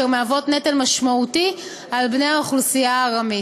אשר מהווים נטל משמעותי על בני האוכלוסייה הארמית.